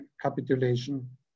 capitulation